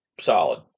Solid